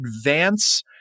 advance